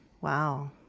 Wow